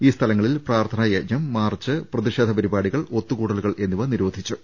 ഈ സ്ഥലങ്ങളിൽ പ്രാർത്ഥനാ യജ്ഞം മാർച്ച് പ്രതിഷേധ പരിപാടികൾ ഒത്തുകൂടലുകൾ എന്നിവ നിരോ ധിച്ചു